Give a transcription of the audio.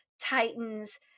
Titans